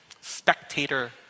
spectator